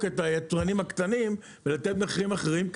את היצרנים הקטנים לתת מחירים אחרים,